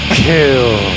kill